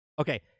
Okay